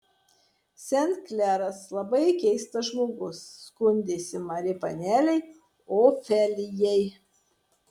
sen kleras labai keistas žmogus skundėsi mari panelei ofelijai